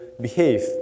behave